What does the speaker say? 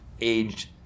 Aged